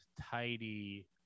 tidy